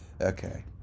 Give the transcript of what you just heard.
Okay